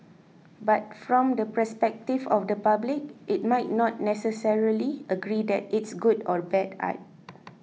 but from the perspective of the public it might not necessarily agree that it's good or bad art